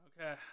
Okay